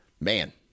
man